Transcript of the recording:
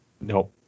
No